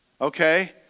okay